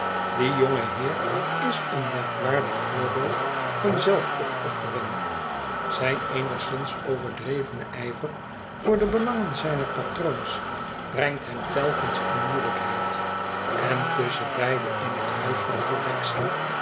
die jonge heer is een merkwaardig voorbeeld van zelfopoffering zijn eenigszins overdrevene ijver voor de beiangen zijner patroons brengt hem telkens in moeielijkheid en tusschenbeide in het huis van correctie